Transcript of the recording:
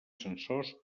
sensors